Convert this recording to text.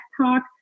talk